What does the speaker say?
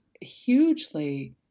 hugely